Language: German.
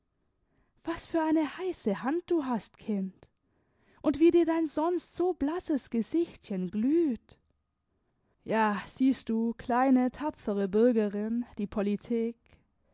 was für eine heiße hand du hast kind und wie dir dein sonst so blasses gesichtchen glüht ja siehst du kleine tapfere bürgerin die politik